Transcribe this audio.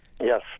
Yes